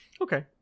Okay